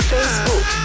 Facebook